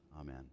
Amen